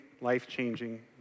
life-changing